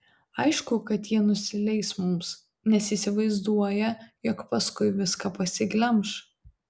aišku kad jie nusileis mums nes įsivaizduoja jog paskui viską pasiglemš